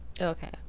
Okay